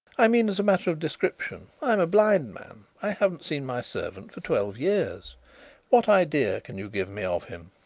i mean as a matter of description. i am a blind man i haven't seen my servant for twelve years what idea can you give me of him?